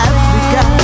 Africa